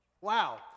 Wow